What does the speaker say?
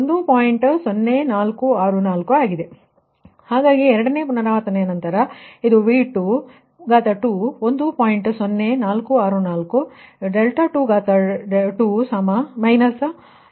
ಆದ್ದರಿಂದ ಎರಡನೇ ಪುನರಾವರ್ತನೆಯ ನಂತರ ಇದು V2 1